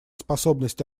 способность